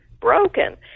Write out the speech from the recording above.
broken